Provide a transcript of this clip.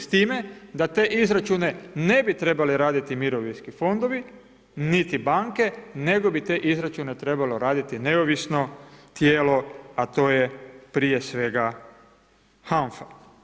S time, da te izračune ne bi trebali raditi mirovinski fondovi, niti banke, nego bi te izračune trebalo raditi, neovisno tijelo, a to je prije svega HANFA.